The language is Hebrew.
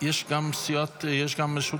יש גם רשות